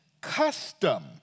custom